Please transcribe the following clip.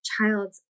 child's